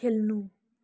खेल्नु